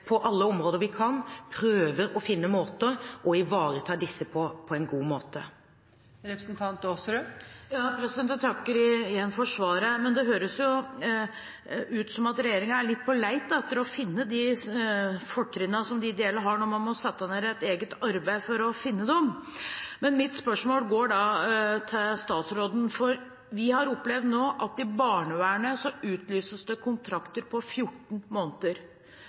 på alle områder vi kan, prøver å finne måter å ivareta disse på på en god måte. Jeg takker igjen for svaret, men det høres jo ut som regjeringen er litt på leit etter å finne de fortrinnene som de ideelle har, når man må sette ned et eget arbeid for å finne dem. Men mitt spørsmål går da til statsråden. Vi har nå opplevd at det i barnevernet utlyses kontrakter på 14 måneder.